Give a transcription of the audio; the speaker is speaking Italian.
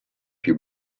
più